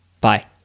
bye